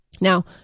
Now